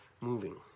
moving